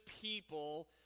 people